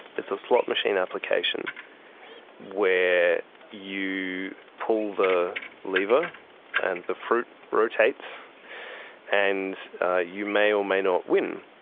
it's a slot machine application where you pull the lever and the fruit rotates and you may or may not win.